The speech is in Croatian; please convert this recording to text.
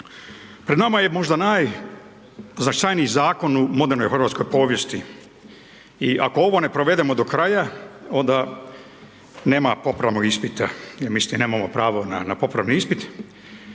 pred nama je možda najznačajniji zakon u modernoj hrvatskoj povijesti i ako ovo ne provedemo do kraja onda nema popravnog ispita, mislim nemamo pravo na popravni ispit.